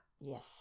Yes